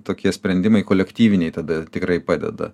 tokie sprendimai kolektyviniai tada tikrai padeda